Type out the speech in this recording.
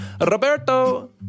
Roberto